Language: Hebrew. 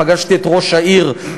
פגשתי את ראש העיר,